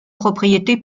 propriété